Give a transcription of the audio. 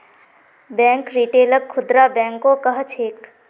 bank रिटेलक खुदरा बैंको कह छेक